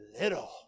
little